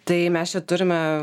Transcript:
tai mes čia turime